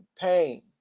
pain